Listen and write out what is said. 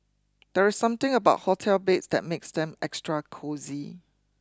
there's something about hotel beds that makes them extra cosy